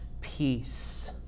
peace